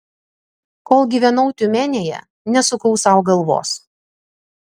kol gyvenau tiumenėje nesukau sau galvos